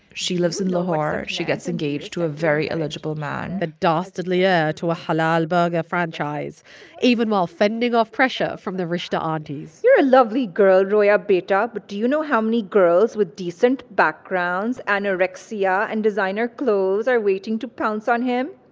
she lives in lahore. she gets engaged to a very eligible man a dastardly heir to a halaal burger franchise, even while fending off pressure from the rishta um aunties you're a lovely girl, roya beta. but do you know how many girls with decent backgrounds, anorexia and designer clothes are waiting to pounce on him?